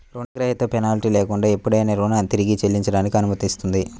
రుణగ్రహీత పెనాల్టీ లేకుండా ఎప్పుడైనా రుణాన్ని తిరిగి చెల్లించడానికి అనుమతిస్తుంది